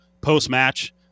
post-match